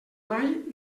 mai